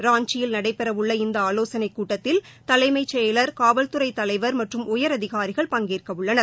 ராஞ்சியில் நடைபெறவுள்ள இந்த ஆலோசனைக் கூட்டத்தில் தலைஎமச் செயலர் காவல்துறை தலைவர் மற்றும் உயரதிகாரிகள் பங்கேற்கவுள்ளனர்